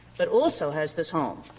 but also has this home.